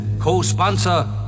co-sponsor